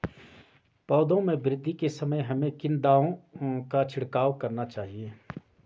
पौधों में वृद्धि के समय हमें किन दावों का छिड़काव करना चाहिए?